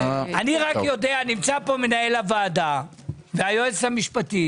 נמצאים פה מנהל הוועדה והיועצת המשפטית.